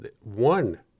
one